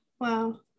Wow